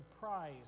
prize